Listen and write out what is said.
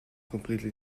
completely